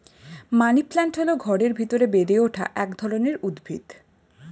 money plant হল ঘরের ভেতরে বেড়ে ওঠা এক ধরনের উদ্ভিদ